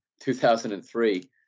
2003